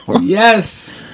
Yes